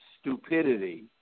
stupidity